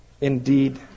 indeed